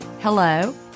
hello